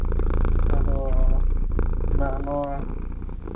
ᱟᱫᱚ ᱱᱚᱣᱟ